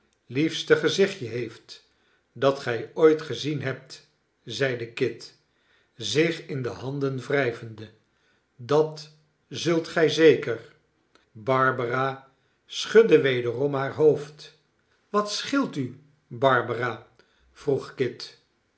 liefste gezichtje heeft dat gij ooit gezien hebt zeide kit zich in de handen wrijvende dat zult gij zeker barbara schudde wederom haar hoofd wat scheelt u barbara vroeg kit